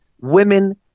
women